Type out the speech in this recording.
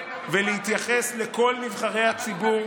ולהתייחס לכל נבחרי הציבור